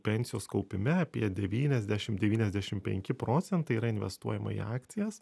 pensijos kaupime apie devyniasdešim devyniasdešim penki procentai yra investuojama į akcijas